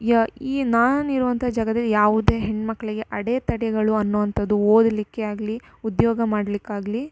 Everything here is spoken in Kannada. ಯ ಈ ನಾನಿರುವಂಥ ಜಾಗದಲ್ಲಿ ಯಾವುದೇ ಹೆಣ್ಣುಮಕ್ಳಿಗೆ ಅಡೇ ತಡೆಗಳು ಅನ್ನುವಂಥದು ಓದಲಿಕ್ಕೆ ಆಗಲಿ ಉದ್ಯೋಗ ಮಾಡಲಿಕ್ಕಾಗ್ಲಿ